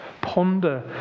ponder